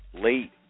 late